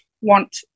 want